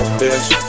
bitch